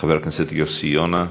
חבר הכנסת יוסי יונה,